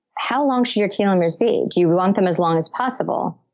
how long should your telomeres be? do you want them as long as possible?